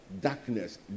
darkness